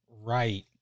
right